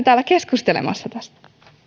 täällä keskustelemassa tästä